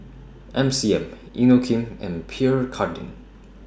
M C M Inokim and Pierre Cardin